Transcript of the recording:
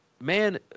man